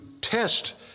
test